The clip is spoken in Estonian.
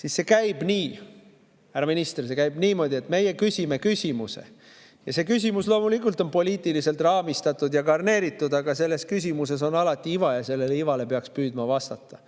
siis see käib nii, härra minister, see käib niimoodi, et meie küsime küsimuse. See küsimus on loomulikult poliitiliselt raamistatud ja garneeritud, aga selles küsimuses on alati iva ja sellele ivale peaks püüdma vastata,